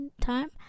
time